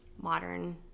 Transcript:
modern